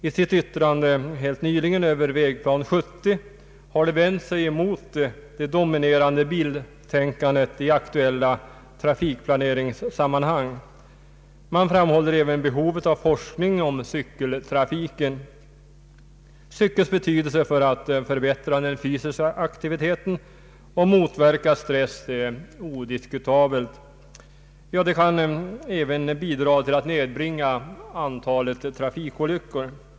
I sitt yttrande nyligen över Vägplan 70 har CMF vänt sig mot det dominerande biltänkandet i aktuella tra fikplaneringssammanhang. Man framhåller även behovet av forskning om cykeltrafiken. Cykelns betydelse för att förbättra den fysiska aktiviteten och motverka stress är odiskutabel. Den kan även bidraga till att nedbringa antalet trafikolyckor.